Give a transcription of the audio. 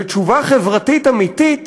ותשובה חברתית אמיתית